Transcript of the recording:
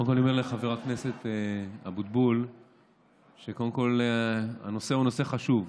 קודם כול אני אומר לחבר הכנסת אבוטבול שהנושא הוא נושא חשוב,